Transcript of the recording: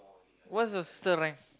what's your sister rank